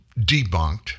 debunked